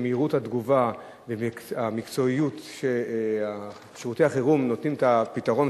מהירות התגובה והמקצועיות שבהן שירותי החירום נותנים את הפתרון,